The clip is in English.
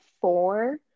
four